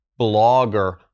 blogger